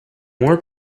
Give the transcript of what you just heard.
more